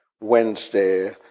Wednesday